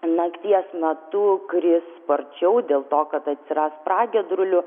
nakties metu kris sparčiau dėl to kad atsiras pragiedrulių